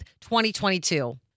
2022